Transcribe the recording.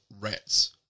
Rats